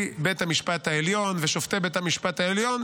בית המשפט העליון ושופטי בית המשפט העליון,